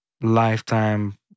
lifetime